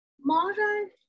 Modern